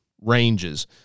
ranges